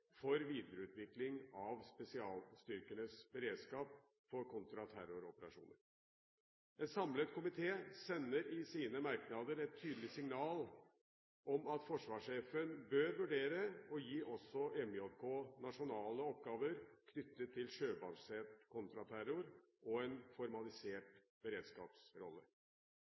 for videreutvikling av spesialstyrkenes beredskap for kontraterroroperasjoner. En samlet komité sender i sine merknader et tydelig signal om at forsvarssjefen bør vurdere å gi også MJK nasjonale oppgaver knyttet til sjøbasert kontraterror og en formalisert beredskapsrolle.